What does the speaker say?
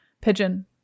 pigeon